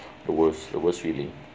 the worst the worst feeling